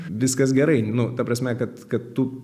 viskas gerai nu ta prasme kad kad tu